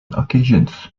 occasions